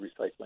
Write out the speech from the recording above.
recycling